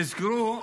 תזכרו,